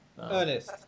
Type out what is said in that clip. Ernest